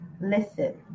listen